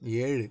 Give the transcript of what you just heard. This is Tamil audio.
ஏழு